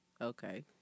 Okay